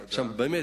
באמת,